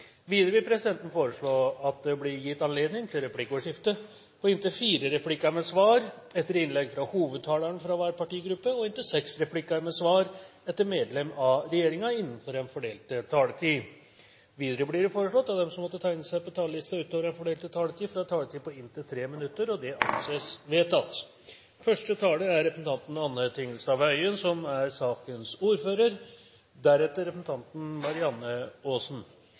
Videre vil presidenten foreslå at det blir gitt anledning til replikkordskifte på inntil fire replikker med svar etter innlegg fra hovedtalerne fra hver partigruppe og inntil seks replikker med svar etter medlem av regjeringen innenfor den fordelte taletiden. Videre blir det foreslått at de som måtte tegne seg på talerlisten utover den fordelte taletid, får en taletid på inntil 3 minutter. – Det anses vedtatt. Godt nytt år! Jeg er glad i dag. Jeg er stolt av at en regjering for første gang har lagt fram en melding som